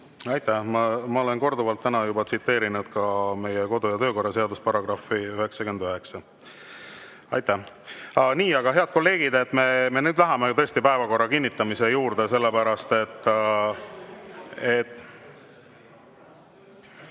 Aitäh! Ma olen korduvalt täna juba tsiteerinud meie kodu- ja töökorra seaduse § 99. Aitäh! Nii, head kolleegid, me nüüd läheme tõesti päevakorra kinnitamise juurde, sellepärast et ...